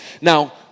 Now